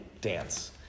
dance